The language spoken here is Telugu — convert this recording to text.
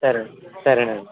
సరే సరే అండి